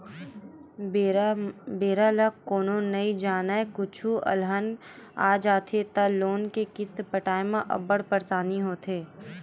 बेरा ल कोनो नइ जानय, कुछु अलहन आ जाथे त लोन के किस्त पटाए म अब्बड़ परसानी होथे